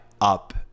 up